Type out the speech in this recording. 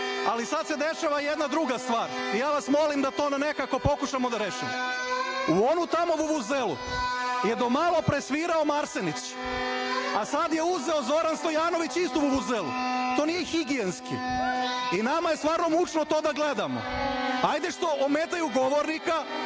ali sada se dešava jedna druga stvar i ja vas molim da to nekako pokušamo da rešimo. U onu tamo vuvuzelu je do malo pre svirao Marsenić, a sada je uzeo Zoran Stojanović istu vuvuzelu, to nije higijenski. Nama je stvarno mučno da to gledamo, ajde što ometaju govornika,